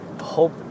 hope